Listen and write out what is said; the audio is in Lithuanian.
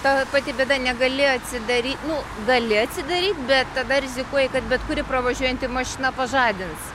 ta pati bėda negali atsidaryti nu gali atsidaryti bet tada rizikuoji kad bet kuri pravažiuojanti mašina pažadins